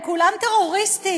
הם כולם טרוריסטים.